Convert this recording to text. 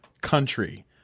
Country